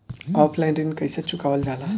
Offline ऋण कइसे चुकवाल जाला?